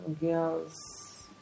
girls